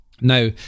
now